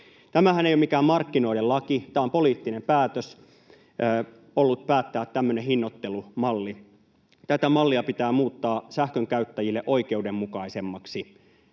Tämähän ei ole mikään markkinoiden laki, tämä on poliittinen päätös ollut päättää tämmöinen hinnoittelumalli. Tätä mallia pitää muuttaa sähkönkäyttäjille oikeudenmukaisemmaksi.